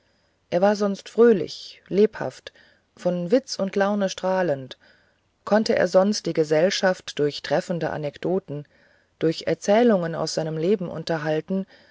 er sonst fröhlich lebhaft von witz und laune strahlend konnte er sonst die gesellschaft durch treffende anekdoten durch erzählungen aus seinem leben unterhalten